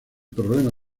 problema